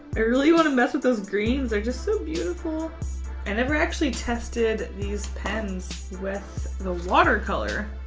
i really want to mess with those greens. they're just so beautiful. i never actually tested these pens with the watercolor.